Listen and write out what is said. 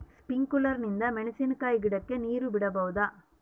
Sprinkler ನಿಂದ ಮೆಣಸಿನಕಾಯಿ ಗಿಡಕ್ಕೆ ನೇರು ಬಿಡಬಹುದೆ?